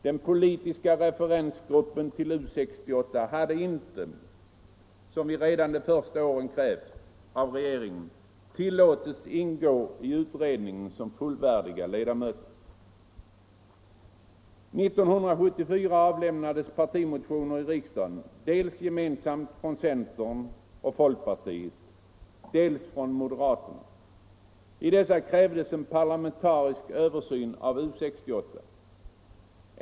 Den politiska referensgruppen till U 68 hade inte, som vi redan de första åren krävt av regeringen, tillåtits ingå i utredningen som fullvärdiga ledamöter. 1974 avlämnades partimotioner i riksdagen dels gemensamt från centern och folkpartiet, dels från moderaterna. I dessa krävdes en parlamentarisk översyn av U 68.